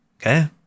Okay